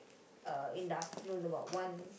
uh in the afternoon about one